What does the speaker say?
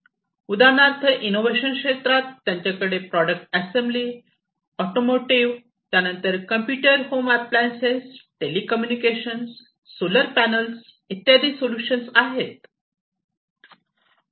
उदाहरणार्थ इनोव्हेशन क्षेत्रात त्यांच्याकडे प्रॉडक्ट असेंब्ली ऑटोमोटिव्ह त्यानंतर computer home appliance telecommunication solar panels आदी सोल्यूशन्स आहेत